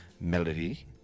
melody